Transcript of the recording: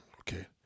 Okay